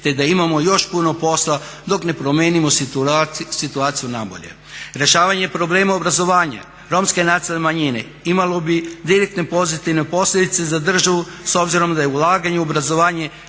te da imamo još puno posla dok ne promijenimo situaciju na bolje. Rješavanje problema obrazovanja romske nacionalne manjine imalo bi direktne pozitivne posljedice za državu s obzirom da je ulaganje u obrazovanje